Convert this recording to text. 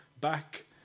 back